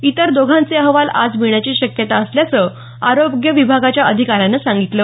इतर दोघांचे अहवाल आज मिळण्याची शक्यता आहे असं आरोग्य विभागाच्या अधिका यानं सांगितलं